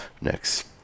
next